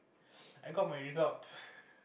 I got my results